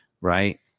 right